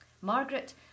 Margaret